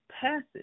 passes